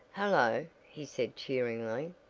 hullo! he said cheerily.